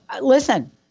Listen